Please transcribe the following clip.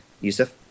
Yusuf